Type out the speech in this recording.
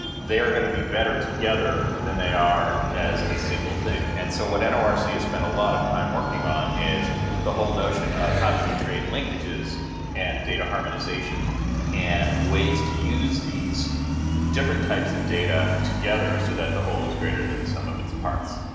they're going to be better together than they are as a single thing. and so what and norc has spent a lot of time working on is the whole notion of how do you create linkages and data harmonization and ways to use these different types of data together, so that the whole is greater than the sum of its parts.